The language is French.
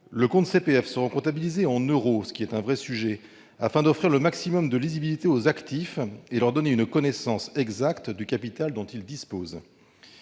Le CPF sera comptabilisé en euros- c'est là un vrai sujet -, afin d'offrir le maximum de lisibilité aux actifs et de leur donner une connaissance exacte du capital dont ils disposent.